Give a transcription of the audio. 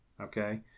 okay